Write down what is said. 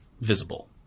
visible